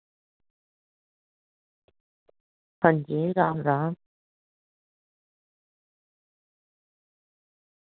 अंजी राम राम